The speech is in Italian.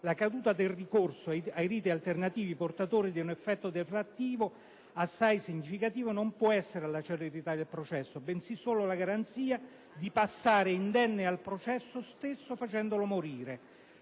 la caduta del ricorso ai riti alternativi, portatori di un effetto deflattivo assai significativo, non può essere la celerità del processo, bensì solo la garanzia di passare indenni il processo stesso, facendolo morire.